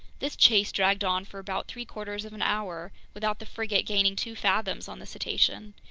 this chase dragged on for about three-quarters of an hour without the frigate gaining two fathoms on the cetacean.